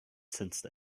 sensed